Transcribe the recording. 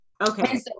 Okay